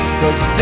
cause